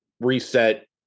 reset